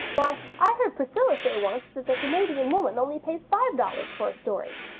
why, i heard priscilla say once that the canadian woman only pays five dollars for a story!